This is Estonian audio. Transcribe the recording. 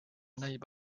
näib